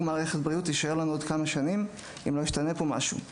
מערכת בריאות תישאר לנו בעוד כמה שנים אם לא ישתנה פה משהו";